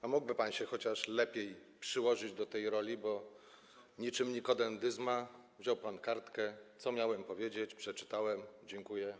No, mógłby pan się chociaż lepiej przyłożyć do tej roli, bo niczym Nikodem Dyzma wziął pan kartkę - co miałem powiedzieć, przeczytałem, dziękuję.